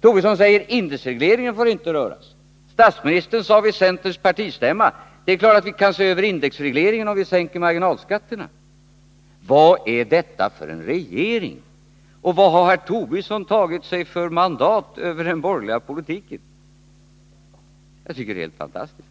Tobisson säger: Indexregleringen får inte röras. Men statsministern sade vid centerns partistämma: Det är klart att vi kan se över indexregleringen om vi sänker marginalskatterna. Vad är detta för regering? Och vad har herr Tobisson tagit sig för mandat över den borgerliga politiken? Jag tycker att det är helt fantastiskt.